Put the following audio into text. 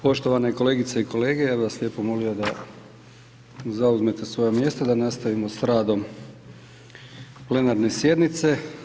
Poštovane kolegice i kolege ja bih vas lijepo molio da zauzmete svoja mjesta da nastavimo s radom plenarne sjednice.